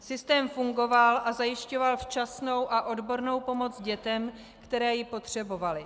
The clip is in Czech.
Systém fungoval a zajišťoval včasnou a odbornou pomoc dětem, které ji potřebovaly.